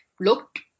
looked